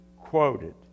quoted